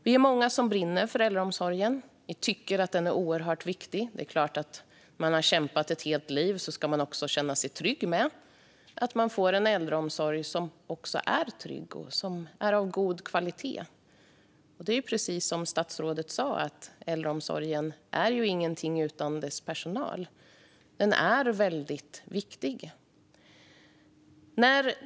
Vi är många som brinner för äldreomsorgen och tycker att den är oerhört viktig. Har man kämpat ett helt liv ska man självklart också få en trygg äldreomsorg av god kvalitet. Precis som statsrådet sa är äldreomsorgen ingenting utan sin personal, som är väldigt viktig.